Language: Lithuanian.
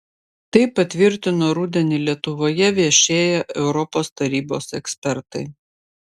tai patvirtino rudenį lietuvoje viešėję europos tarybos ekspertai